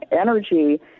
energy